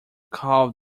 call